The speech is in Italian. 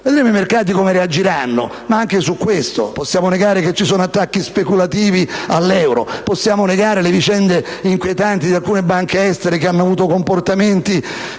Vedremo i mercati come reagiranno, ma anche su questo punto, possiamo negare che vi siano attacchi speculativi all'euro? Possiamo negare le vicende inquietanti di alcune banche estere che hanno avuto comportamenti